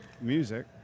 music